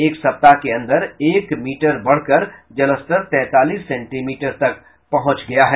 एक सप्ताह के अंदर एक मीटर बढ़कर जलस्तर तैंतालीस सेंटीमीटर तक पहुंच गया है